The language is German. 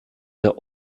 der